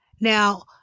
Now